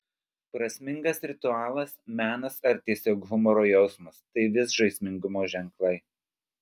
prasmingas ritualas menas ar tiesiog humoro jausmas tai vis žaismingumo ženklai